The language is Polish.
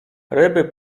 ryby